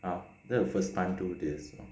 ah the first time do this